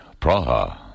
Praha